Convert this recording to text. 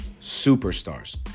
Superstars